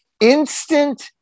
Instant